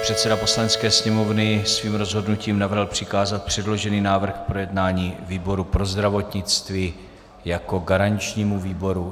Předseda Poslanecké sněmovny svým rozhodnutím navrhl přikázat předložený návrh k projednání výboru pro zdravotnictví jako garančnímu výboru.